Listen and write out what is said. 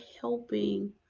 helping